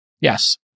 Yes